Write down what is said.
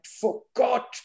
forgot